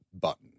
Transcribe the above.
button